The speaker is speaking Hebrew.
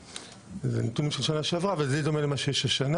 לפני נתונים של שנה שעברה שמתאימים גם